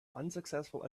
unsuccessful